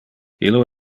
illo